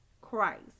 Christ